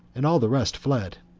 and all the rest fled.